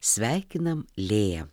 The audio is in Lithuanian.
sveikinam lėją